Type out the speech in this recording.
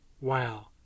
wow